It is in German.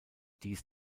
dies